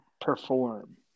perform